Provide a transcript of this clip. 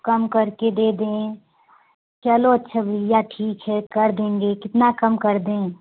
कम करके दे दें चलो अच्छा भैया ठीक है कर देंगे कितना कम कर दें